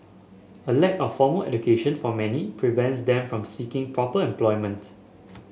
a lack of formal education for many prevents them from seeking proper employment